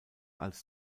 als